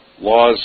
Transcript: laws